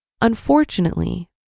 Unfortunately